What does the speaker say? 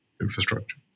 infrastructure